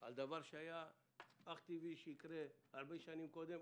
על דבר שהיה אך טבעי שיהיה הרבה שנים קודם,